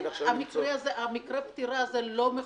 שמקרה הפטירה הזה לא מכוסה.